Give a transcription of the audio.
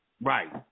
Right